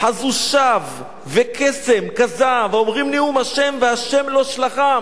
"חזו שוא וקסם כזב האֹמרים נאֻם ה' וה' לא שלחם".